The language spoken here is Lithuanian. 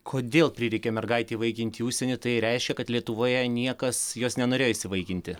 kodėl prireikė mergaitę įvaikint į užsienį tai reiškia kad lietuvoje niekas jos nenorėjo įsivaikinti